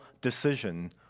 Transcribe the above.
decision